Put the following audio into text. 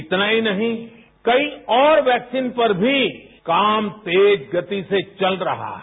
इतना ही नहीं कई और वैक्सीन पर भी काम तेज गति से चल रहा है